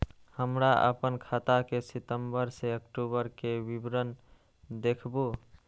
हमरा अपन खाता के सितम्बर से अक्टूबर के विवरण देखबु?